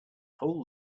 whole